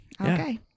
Okay